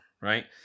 right